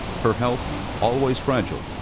her health always fragile,